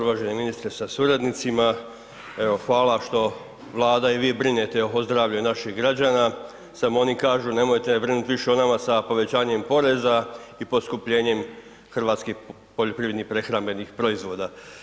Uvaženi ministre sa suradnicima, evo hvala što Vlada i vi brinete o zdravlju naših građana samo oni kažu nemojte brinut više o nama sa povećanjem poreza i poskupljenjem hrvatskih poljoprivrednih prehrambenih proizvoda.